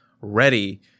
ready